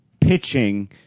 pitching